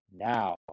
now